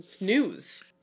news